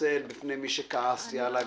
מתנצל בפני מי שכעס עליי.